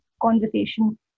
conversation